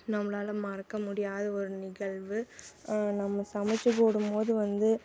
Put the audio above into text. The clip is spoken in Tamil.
நம்மளால மறக்கமுடியாத ஒரு நிகழ்வு நம்ம சமைத்து போடும்போது வந்து